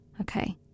Okay